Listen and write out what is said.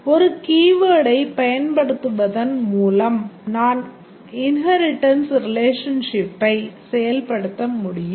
ஒரு keyword ஐப் பயன்படுத்துவதன் மூலம் நாம் inheritance relationship ஐ செயல்படுத்த முடியும்